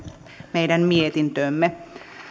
meidän mietintöömme